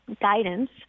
guidance